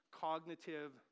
cognitive